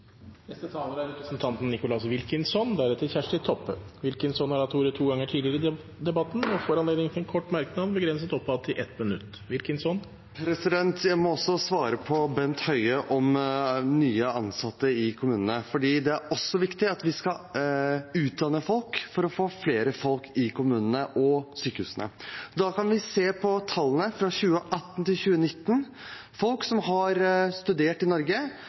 Representanten Nicholas Wilkinson har hatt ordet to ganger tidligere i debatten og får anledning til en kort merknad, begrenset til 1 minutt. Jeg må også svare Bent Høie om nye ansatte i kommunene, for det er også viktig at vi skal utdanne folk for å få flere folk i kommunene og sykehusene. Da kan vi se på tallene fra 2018 til 2019 over folk som har studert i Norge